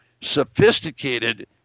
sophisticated